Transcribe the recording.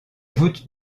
voûtes